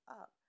up